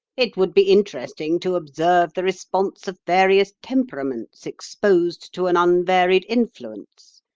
it would be interesting to observe the response of various temperaments exposed to an unvaried influence.